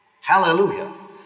hallelujah